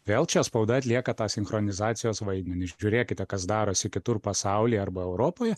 vėl čia spauda atlieka tą sinchronizacijos vaidmenį žiūrėkite kas darosi kitur pasaulyje arba europoje